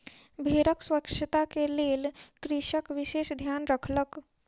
भेड़क स्वच्छता के लेल कृषक विशेष ध्यान रखलक